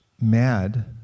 mad